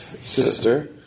Sister